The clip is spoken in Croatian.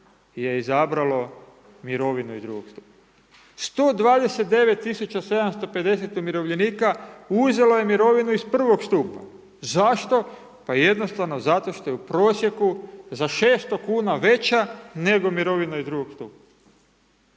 je izabralo mirovinu iz drugog stupa. 129750 umirovljenika uzelo je mirovinu iz prvog stupa. Zašto? Jednostavno zato što je u prosjeku za 600 kn veća nego mirovina iz drugog stupa.